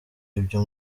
ibyo